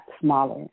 smaller